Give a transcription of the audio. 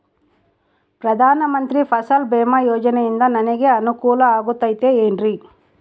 ಪ್ರಧಾನ ಮಂತ್ರಿ ಫಸಲ್ ಭೇಮಾ ಯೋಜನೆಯಿಂದ ನನಗೆ ಅನುಕೂಲ ಆಗುತ್ತದೆ ಎನ್ರಿ?